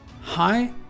Hi